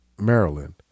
Maryland